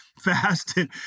fasted